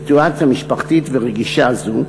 משפחתית ורגישה זו,